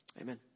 Amen